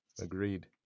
Agreed